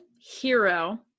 Hero